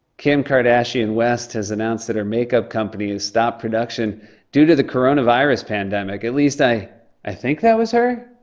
kim kardashian west has announced that her makeup company has stopped production due to the coronavirus pandemic. at least, i i think that was her?